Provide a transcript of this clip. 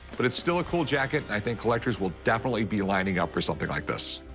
but it's still a cool jacket, and i think collectors will definitely be lining up for something like this.